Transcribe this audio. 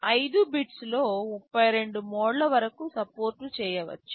5 బిట్స్లో 32 మోడ్ల వరకు సపోర్ట్ చేయవచ్చు